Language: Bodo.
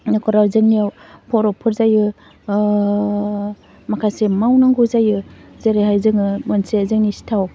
न'खराव जोंनियाव फरपफोर जायो माखासे मावनांगौ जायो जेरैहाय जोंङो मोनसे जोंनि सिथाव